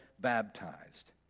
baptized